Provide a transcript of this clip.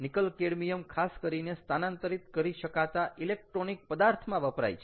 nickel cadmium ખાસ કરીને સ્થાનાંતરિત કરી શકાતા ઇલેક્ટ્રોનિક પદાર્થમાં વપરાય છે